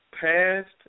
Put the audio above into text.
passed